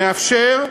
מאפשר,